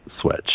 Switch